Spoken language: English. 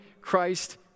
Christ